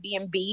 Airbnb